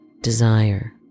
desire